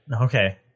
Okay